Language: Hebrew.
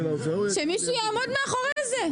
שמישהו יעמוד מאחורי זה.